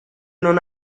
non